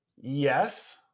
Yes